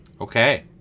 okay